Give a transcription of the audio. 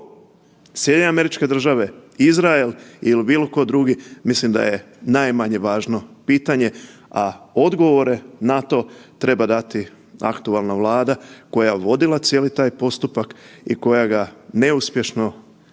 nas izigrali. Tko? SAD, Izrael ili bilo tko drugi, mislim da je najmanje važno pitanje, a odgovore na to treba dati aktualna Vlada koja je vodila cijeli taj postupak i koja ga neuspješno